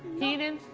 keenan,